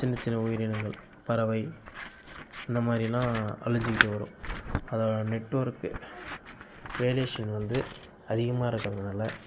சின்ன சின்ன உயிரினங்கள் பறவை இந்த மாதிரியெல்லாம் அழிஞ்சுக்கிட்டு வரும் அதனால் நெட்வொர்க் ரெடியேஷன் வந்து அதிகமாக இருக்கறதுனால்